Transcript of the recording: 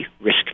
risk